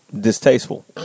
distasteful